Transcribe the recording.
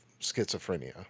schizophrenia